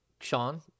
Sean